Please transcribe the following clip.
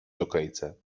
dżokejce